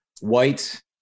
white